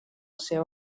seu